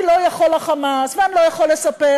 אני לא יכול ל"חמאס" ואני לא יכול לספח,